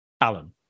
Alan